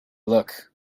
look